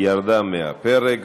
ירדה מהפרק.